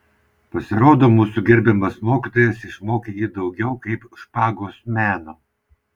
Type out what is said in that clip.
pasirodo mūsų gerbiamas mokytojas išmokė jį daugiau kaip špagos meno